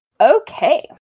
Okay